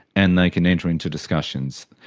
and they can enter into discussions.